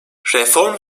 reform